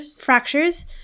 Fractures